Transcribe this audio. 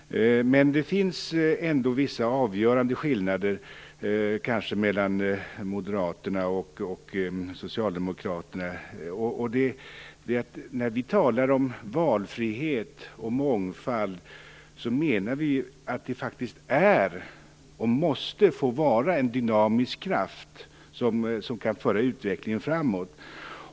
Det finns ändå vissa avgörande skillnader mellan Moderaterna och Socialdemokraterna. När vi talar om valfrihet och mångfald menar vi att det faktiskt är, och måste vara, en dynamisk kraft som kan föra utvecklingen framåt.